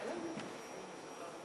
אקוניס לא